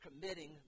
committing